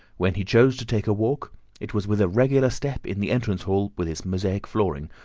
when he chose to take a walk it was with a regular step in the entrance hall with its mosaic flooring,